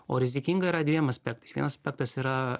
o rizikinga yra dviem aspektais vienas aspektas yra